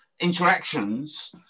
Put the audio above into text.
interactions